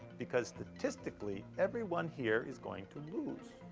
because statistically, everyone here is going to lose,